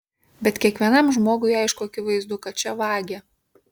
bet kiekvienam žmogui aišku akivaizdu kad čia vagia